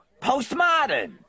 Postmodern